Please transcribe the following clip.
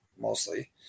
mostly